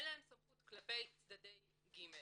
אין להם סמכות כלפי צדדי ג'